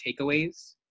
takeaways